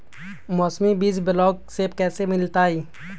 मौसमी बीज ब्लॉक से कैसे मिलताई?